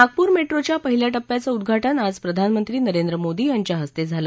नागपूर मेट्रोच्या पहिल्या टप्प्याचं उद्घाटन आज प्रधानमंत्री नरेंद्र मोदी यांच्या हस्ते झालं